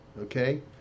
okay